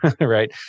right